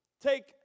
take